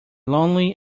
lonely